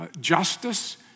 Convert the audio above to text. justice